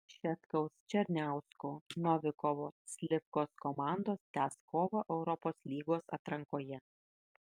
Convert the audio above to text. šetkaus černiausko novikovo slivkos komandos tęs kovą europos lygos atrankoje